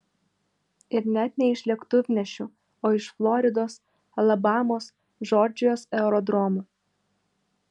ir net ne iš lėktuvnešių o iš floridos alabamos džordžijos aerodromų